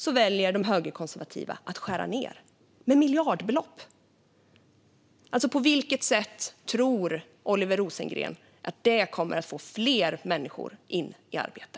Då väljer de högerkonservativa att skära ned med miljardbelopp. På vilket sätt tror Oliver Rosengren att det kommer att få fler människor in i arbete?